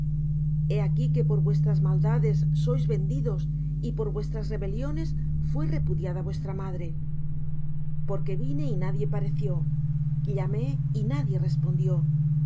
he aquí que por vuestras maldades sois vendidos y por vuestras rebeliones fué repudiada vuestra madre porque vine y nadie pareció llamé y nadie respondió